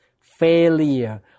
failure